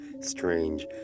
strange